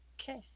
Okay